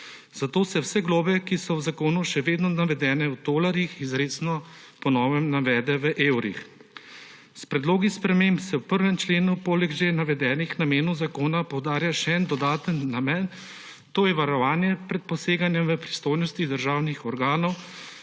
Zato se vse globe, ki so v zakonu še vedno navedene v tolarjih, izrecno po novem navede v evrih. S predlogi sprememb se v 1. členu poleg že navedenih namenov zakona poudarja še en dodaten namen, to je varovanje pred poseganjem v pristojnosti državnih organov